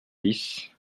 dix